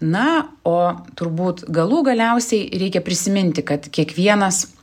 na o turbūt galų galiausiai reikia prisiminti kad kiekvienas